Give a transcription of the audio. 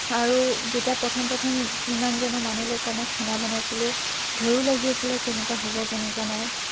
আৰু যেতিয়া প্ৰথম প্ৰথম ইম ইমানজন মানুহলৰ কাৰণে খানা বনাইছিলোঁ ভয়ো লাগি আছিলে কেনেকুৱা হব কেনেকুৱা নাই